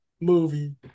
movie